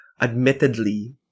admittedly